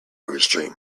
restrained